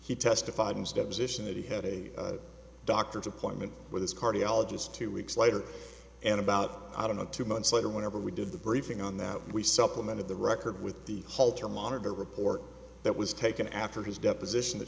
he testified in his deposition that he had a doctor's appointment with his cardiologist two weeks later and about i don't know two months later whenever we did the briefing on that we supplemented the record with the holter monitor report that was taken after his deposition that